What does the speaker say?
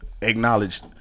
acknowledge